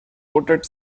voted